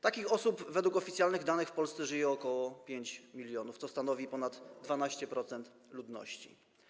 Takich osób według oficjalnych danych w Polsce żyje ok. 5 mln, co stanowi ponad 12% ludności.